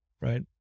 right